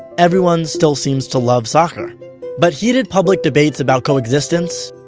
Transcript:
everyone still seems to love soccer but heated public debates about coexistence,